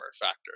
factor